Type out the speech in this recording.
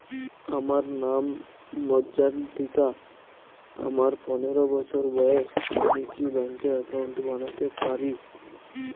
আমার নাম মজ্ঝন্তিকা, আমার পনেরো বছর বয়স, আমি কি ব্যঙ্কে একাউন্ট বানাতে পারি?